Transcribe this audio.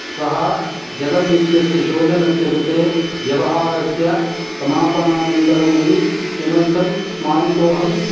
श्वः जलम् इत्यस्य शोधनस्य कृते व्यवहारस्य समापनानन्तरम् अपि किमर्थं स्मारितोऽहम्